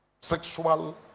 Sexual